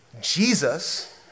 Jesus